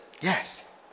Yes